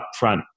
upfront